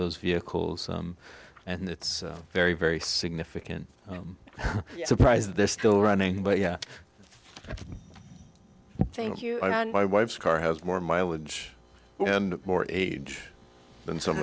those vehicles and it's very very significant surprise that they're still running but yeah thank you and my wife's car has more mileage and more age than some